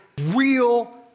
real